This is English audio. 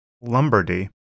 Lombardy